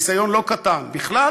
ניסיון לא קטן בכלל,